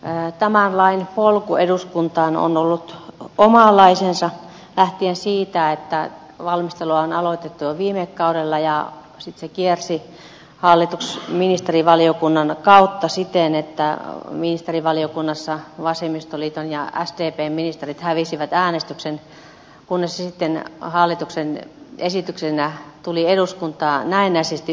tämän lain polku eduskuntaan on ollut omanlaisensa lähtien siitä että sen valmistelua on aloitettu jo viime kaudella ja sitten se kiersi ministerivaliokunnan kautta siten että ministerivaliokunnassa vasemmistoliiton ja sdpn ministerit hävisivät äänestyksen kunnes se sitten hallituksen esityksenä tuli eduskuntaan näennäisesti yksimielisenä